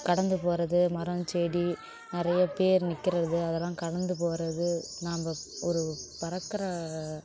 கடந்து போகிறது மரம் செடி நிறைய பேர் நிற்கிறது அதெல்லாம் கடந்து போகிறது நாம ஒரு பறக்கிற